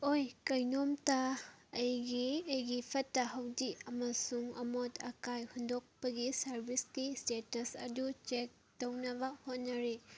ꯑꯣꯏ ꯀꯩꯅꯣꯝꯇ ꯑꯩꯒꯤ ꯑꯩꯒꯤ ꯐꯠꯇ ꯍꯥꯎꯗꯤ ꯑꯃꯁꯨꯡ ꯑꯃꯣꯠ ꯑꯀꯥꯏ ꯍꯨꯟꯗꯣꯛꯄꯒꯤ ꯁꯥꯔꯕꯤꯁꯀꯤ ꯏꯁꯇꯦꯇꯁ ꯑꯗꯨ ꯆꯦꯛ ꯇꯧꯅꯕ ꯍꯣꯠꯅꯔꯤ